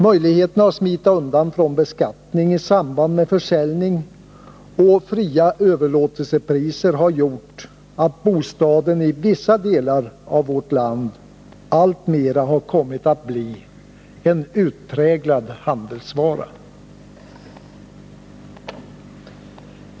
Möjligheterna att smita undan från beskattning i samband med försäljning och fria överlåtelsepriser har gjort att bostaden i vissa delar av vårt land alltmer kommer att bli en utpräglad handelsvara.